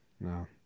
No